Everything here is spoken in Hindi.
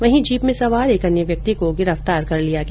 वहीं जीप में सवार अन्य व्यक्ति को गिरफ्तार किया गया